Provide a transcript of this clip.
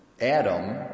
Adam